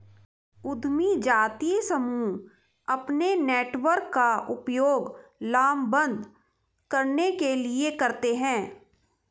उद्यमी जातीय समूह अपने नेटवर्क का उपयोग लामबंद करने के लिए करते हैं